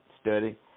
study